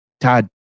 Todd